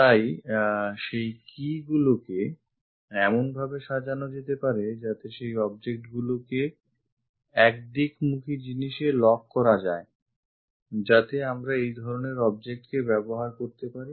তাই সেই keyগুলিকে এমনভাবে সাজানো যেতে পারে যাতে সেই objectগুলিকে একদিকমুখী জিনিসে lock করা যায় যাতে আমরা এইধরনের objectকে ব্যবহার করতে পারি